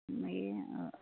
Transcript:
मागीर